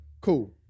Cool